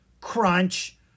Crunch